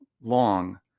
long